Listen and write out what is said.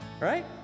right